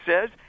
says